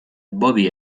bobby